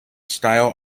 style